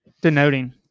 denoting